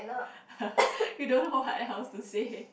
we don't know what else to say